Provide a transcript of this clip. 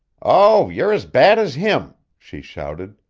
oh, you're as bad as him, she shouted,